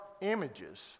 images